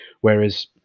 whereas